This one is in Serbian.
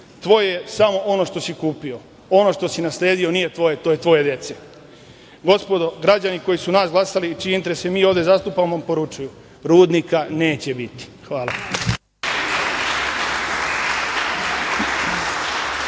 „Tvoje je samo ono što si kupio. Ono što si nasledio, nije tvoje, to je od tvoje dece“.Gospodo, građani koji su nas glasali i čije interese ovde zastupamo vam poručuju – rudnika neće biti. Hvala.